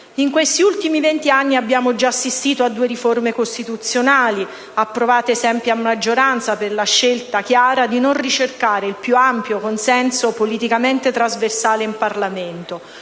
In questi ultimi vent'anni abbiamo già assistito a due riforme costituzionali, approvate sempre a maggioranza, per la scelta chiara di non ricercare il più ampio consenso politicamente trasversale in Parlamento.